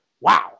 wow